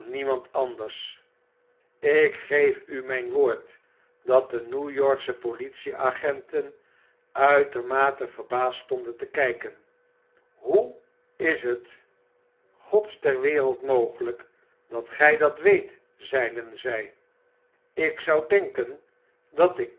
niemand anders i jk geef u myn woord dat de new yorksche politieagenten uitermate verbaasd stonden te kyken hoe is het gods ter wereld mogelyk dat gy dat weet zeiden zy lk zou denken dat ik